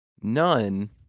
None